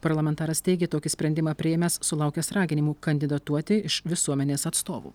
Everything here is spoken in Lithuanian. parlamentaras teigė tokį sprendimą priėmęs sulaukęs raginimų kandidatuoti iš visuomenės atstovų